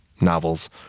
novels